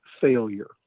failure